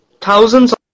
thousands